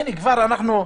הינה, כבר ממרץ,